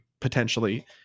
potentially